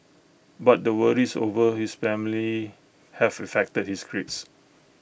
but the worries over his family have affected his grades